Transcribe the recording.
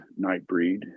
Nightbreed